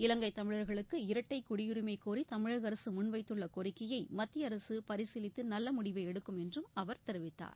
இவங்கை தமிழர்களுக்கு இரட்டை குடியுரிமை கோரி தமிழக அரசு முன்வைத்துள்ள கோரிக்கையை மத்திய அரசு பரிசீலித்து நல்ல முடிவை எடுக்கும் என்றும் அவர் தெரிவித்தார்